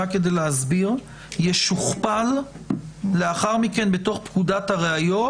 רק כדי להסביר - אותו נוסח ישוכפל לאחר מכן בתוך פקודת הראיות,